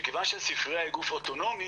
שכיוון שהספרייה היא גוף אוטונומי,